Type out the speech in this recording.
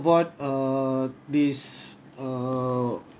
bought err this err